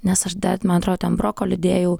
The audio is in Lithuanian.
nes aš dar man atrodo ten brokolių dėjau